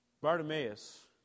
Bartimaeus